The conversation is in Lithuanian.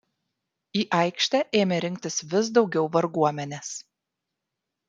į aikštę ėmė rinktis vis daugiau varguomenės